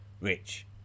Rich